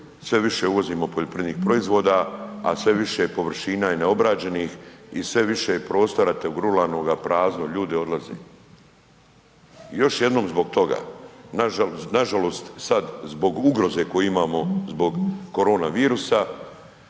sve više uvozimo poljoprivrednih proizvoda, a sve više površina je neobrađenih i sve više je prostora toga ruralnoga prazno, ljudi odlaze. Još jednom zbog toga, nažalost sad zbog ugroze koju imamo zbog korona virusa,